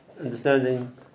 understanding